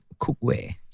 cookware